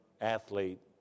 athlete